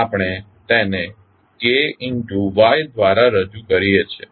તેથી આપણે તેને Kyt દ્વારા રજૂ કરીએ છીએ